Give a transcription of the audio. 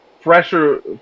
fresher